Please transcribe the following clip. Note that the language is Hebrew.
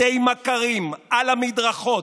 בבתי מכרים, על המדרכות,